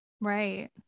Right